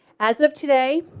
as of today.